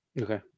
Okay